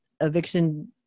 eviction